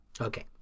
Okay